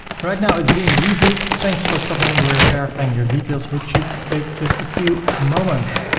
right now, it's being reviewed. thanks for submitting, we're verifying your details which take just a few moments.